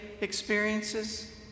experiences